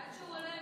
עד שהוא עולה,